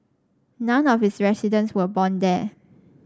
none of its residents were born there